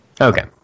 Okay